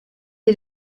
est